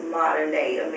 modern-day